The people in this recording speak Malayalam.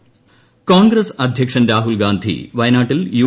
രാഹുൽഗാന്ധി കോൺഗ്രസ് അധ്യക്ഷൻ രാഹുൽ ഗാന്ധി വയനാട്ടിൽ യു